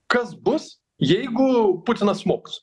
kas bus jeigu putinas smogs